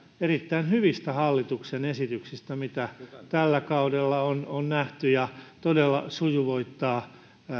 erittäin hyvistä hallituksen esityksistä mitä tällä kaudella on on nähty ja todella sujuvoittaa